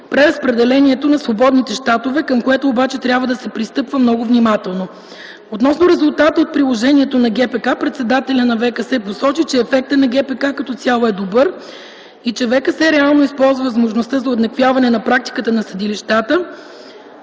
преразпределението на свободните щатове, към което обаче трябва да се пристъпва много внимателно. Относно резултата от приложението на ГПК, председателят на ВКС посочи, че ефектът на ГПК като цяло е добър и, че ВКС реално използва възможността за уеднаквяване на практиката на съдилищата